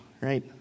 right